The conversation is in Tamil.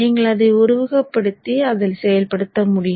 நீங்கள் அதை உருவகப்படுத்தி அதை செயல்படுத்த முடியும்